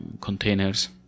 containers